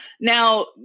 Now